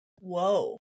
Whoa